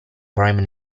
prime